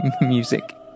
music